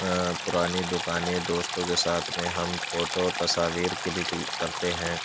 پرانی دوکانیں دوستوں کے ساتھ میں ہم فوٹو تصاویر کلک کرتے ہیں